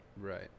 Right